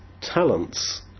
talents